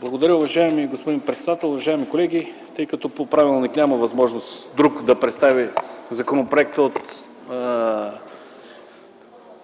Благодаря, уважаеми господин председател. Уважаеми колеги, тъй като по правилник няма възможност друг да представи законопроекта